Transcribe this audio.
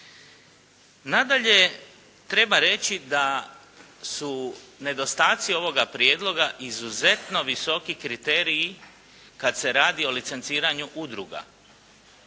Nadalje, treba reći da su nedostaci ovoga prijedloga izuzetno veliki kriteriji kad se radi o licenciranju udruga.